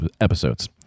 episodes